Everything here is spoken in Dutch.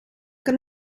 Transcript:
kan